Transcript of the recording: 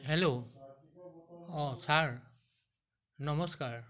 hello অঁ sir নমস্কাৰ